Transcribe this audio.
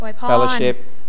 fellowship